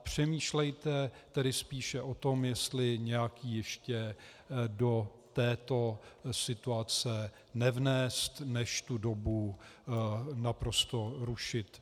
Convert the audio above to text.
Přemýšlejte tedy spíše o tom, jestli nějaký ještě do této situace nevnést, než tu dobu naprosto rušit.